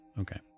Okay